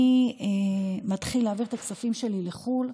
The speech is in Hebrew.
אני מתחיל להעביר את הכספים שלי לחו"ל,